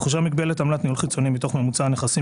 תחושב מגבלת עמלת ניהול חיצוני מתוך ממוצע הנכסים